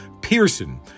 Pearson